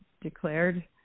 declared